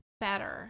better